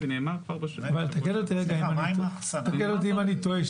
זה נאמר כבר --- תקן אותי אם אני טועה,